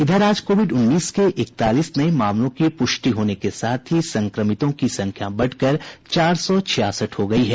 इधर आज कोविड उन्नीस के इकतालीस नये मामलों की प्रष्टि होने के साथ ही संक्रमितों की संख्या बढ़कर चार सौ छियासठ हो गयी है